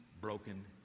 broken